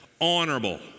honorable